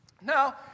Now